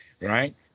right